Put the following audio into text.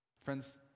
Friends